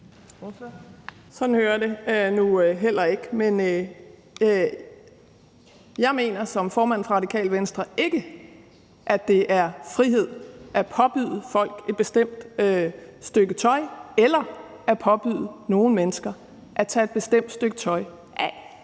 Jeg mener som formand for Radikale Venstre ikke, at det er frihed at påbyde folk at tage et bestemt stykke tøj på eller at påbyde nogle mennesker at tage et bestemt stykke tøj af